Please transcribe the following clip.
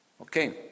Okay